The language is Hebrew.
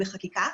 בחקיקה.